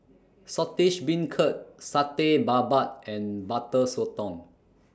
Saltish Beancurd Satay Babat and Butter Sotong